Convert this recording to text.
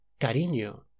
cariño